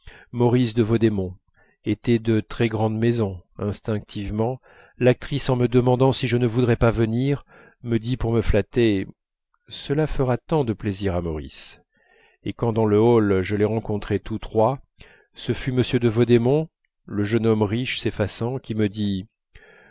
maurice de vaudémont était de très grande maison instinctivement l'actrice en me demandant si je ne voudrais pas venir me dit pour me flatter cela fera tant de plaisir à maurice et quand dans le hall je les rencontrai tous trois ce fut m de vaudémont le jeune homme riche s'effaçant qui me dit